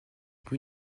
rue